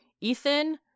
Ethan